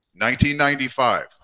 1995